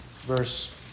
verse